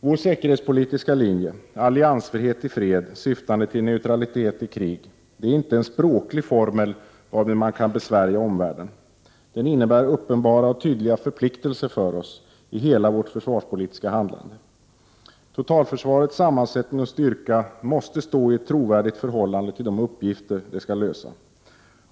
Vår säkerhetspolitiska linje, alliansfrihet i fred syftande till neutralitet i krig, är inte en språklig formel varmed vi kan besvärja omvärlden. Den innebär uppenbara och tydliga förpliktelser för oss i hela vårt försvarspolitiska handlande. Totalförsvarets sammansättning och styrka måste stå i ett trovärdigt förhållande till de uppgifter det skall lösa.